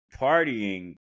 partying